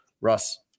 Russ